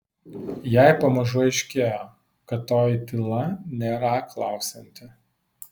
jai pamažu aiškėjo kad toji tyla nėra klausianti